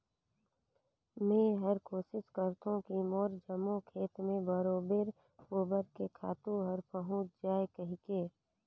मेहर कोसिस करथों की मोर जम्मो खेत मे बरोबेर गोबर के खातू हर पहुँच जाय कहिके